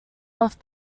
off